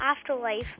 afterlife